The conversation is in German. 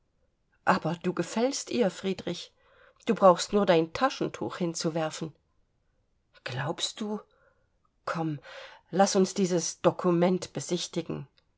aber du gefällst ihr friedrich du brauchst nur dein taschentuch hinzuwerfen glaubst du komm laß uns dieses dokument besichtigen